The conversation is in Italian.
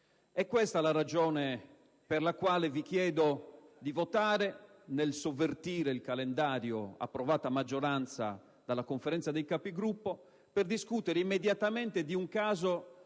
È questa la ragione per la quale vi chiedo di votare, nel sovvertire il calendario approvato a maggioranza dalla Conferenza dei Capigruppo, per discutere immediatamente di un caso